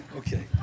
okay